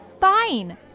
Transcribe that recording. Fine